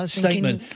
statement